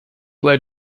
led